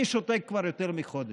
אני שותק כבר יותר מחודש,